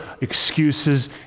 excuses